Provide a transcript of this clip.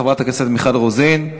חברת הכנסת מיכל רוזין.